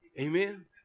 Amen